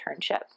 internship